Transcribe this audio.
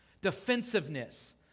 defensiveness